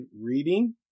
reading